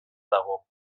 dago